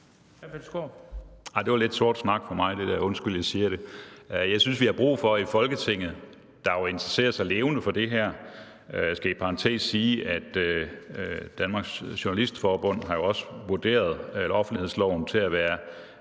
der var lidt sort snak for mig. Undskyld, jeg siger det. Jeg synes, vi har brug for de svar i Folketinget, der jo interesserer sig levende for det her. Jeg skal i parentes sige, at Danmarks Journalistforbund jo også har vurderet offentlighedsloven til at være